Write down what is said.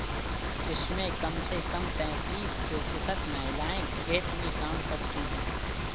इसमें कम से कम तैंतीस प्रतिशत महिलाएं खेत में काम करती हैं